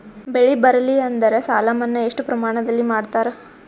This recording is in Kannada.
ಬೆಳಿ ಬರಲ್ಲಿ ಎಂದರ ಸಾಲ ಮನ್ನಾ ಎಷ್ಟು ಪ್ರಮಾಣದಲ್ಲಿ ಮಾಡತಾರ?